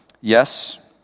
yes